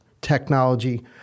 technology